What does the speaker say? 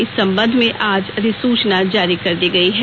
इस सम्बन्ध में आज अधिसूचना जारी कर दी गयी है